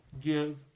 give